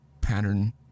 pattern